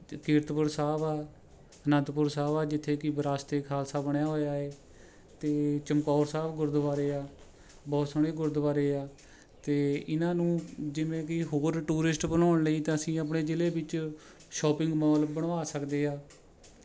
ਅਤੇ ਕੀਰਤਪੁਰ ਸਾਹਿਬ ਆ ਅਨੰਦਪੁਰ ਸਾਹਿਬ ਆ ਜਿੱਥੇ ਕਿ ਵਿਰਾਸਤ ਏ ਖਾਲਸਾ ਬਣਿਆ ਹੋਇਆ ਹੈ ਅਤੇ ਚਮਕੌਰ ਸਾਹਿਬ ਗੁਰਦੁਆਰੇ ਆ ਬਹੁਤ ਸੋਹਣੇ ਗੁਰਦੁਆਰੇ ਆ ਅਤੇ ਇਨ੍ਹਾਂ ਨੂੰ ਜਿਵੇਂ ਕਿ ਹੋਰ ਟੂਰੀਸ਼ਟ ਬਣਾਉਣ ਲਈ ਤਾਂ ਅਸੀਂ ਆਪਣੇ ਜ਼ਿਲ੍ਹੇ ਵਿੱਚ ਸ਼ੋਪਿੰਗ ਮੌਲ ਬਣਵਾ ਸਕਦੇ ਹਾਂ